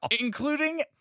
including